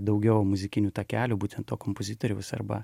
daugiau muzikinių takelių būtent to kompozitoriaus arba